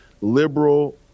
liberal